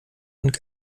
und